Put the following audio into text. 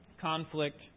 conflict